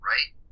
Right